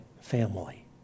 family